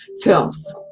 films